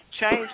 change